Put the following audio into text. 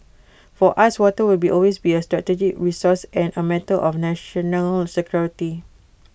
for us water will be always be A strategic resource and A matter of national security